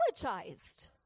apologized